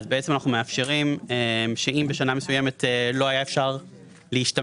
אז בעצם אנחנו מאפשרים שאם בשנה מסוימת לא היה אפשר להשתמש